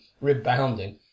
rebounding